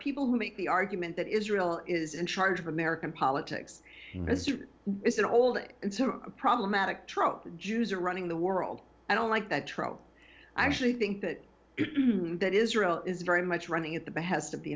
people who make the argument that israel is in charge of american politics in misery is an old problematic trope that jews are running the world i don't like that tro i actually think that that israel is very much running at the behest of the